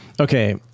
Okay